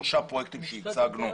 שלושה פרויקטים שהצגנו,